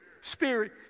Spirit